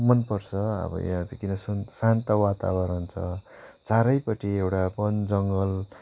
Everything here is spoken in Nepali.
मनपर्छ अब यहाँ चाहिँ किन सुन शान्त वातावरण छ चारैपट्टि एउटा वनजङ्गल